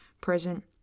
present